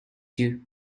you